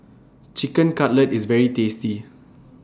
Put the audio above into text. Chicken Cutlet IS very tasty